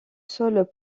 sol